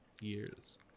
Years